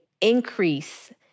increase